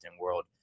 world